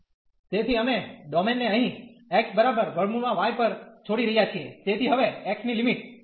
તેથી અમે domain domain ને અહીં x √ y પર છોડી રહ્યા છીએ તેથી હવે x ની લિમિટ છે